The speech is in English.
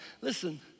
Listen